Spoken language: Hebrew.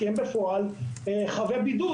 כי הם בפועל חבי בידוד,